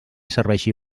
serveixi